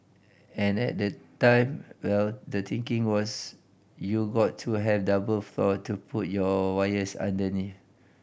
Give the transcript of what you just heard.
and at the time well the thinking was you got to have double floor to put your wires underneath